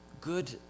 good